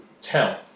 tell